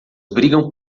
brigam